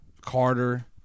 Carter